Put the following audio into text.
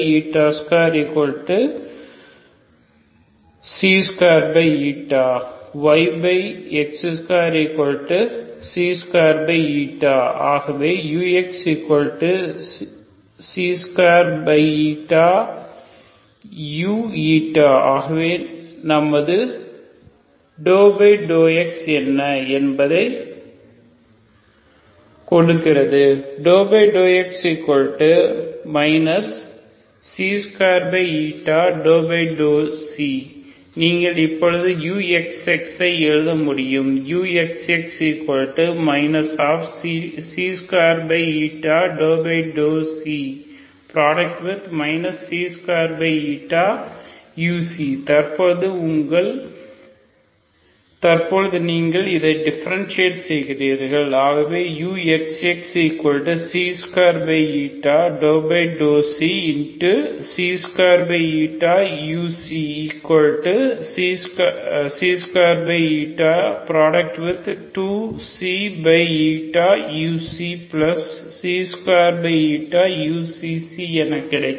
yx22 ஆகவே ux2uஆகவே so நமது ∂x என்ன என்பதை கொடுக்கிறது ∂x 2 நீங்கள் இப்போது uxx ஐ எழுத முடியும் uxx 2 2u தற்பொழுது நீங்கள் இதை டிஃபரண்டஷியேட் செய்கிறீர்கள் ஆகவே uxx22u22u2uξξ என கிடைக்கும்